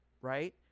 Right